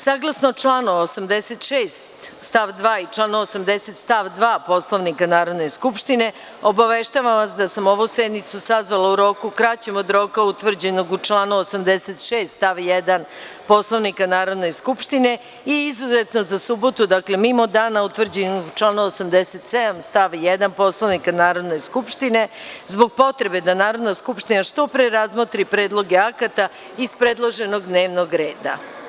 Saglasno članu 86. stav 2. i članom 87. stav 2. Poslovnika Narodne skupštine, obaveštavam vas da sam ovu sednicu sazvala u roku kraćem od roka utvrđenog u članu 86. stav 1. Poslovnika Narodne skupštine i, izuzetno, za subotu, dakle mimo dana utvrđenih u članu 87. stav 1. Poslovnika Narodne skupštine, zbog potrebe da Narodna skupština što pre razmotri predloge akata iz predloženog dnevnog reda.